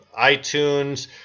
iTunes